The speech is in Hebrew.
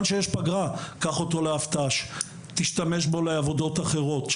שיש פגרה ייקחו אותו לאבט"ש ולעבודות אחרות.